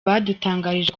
badutangarije